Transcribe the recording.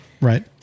Right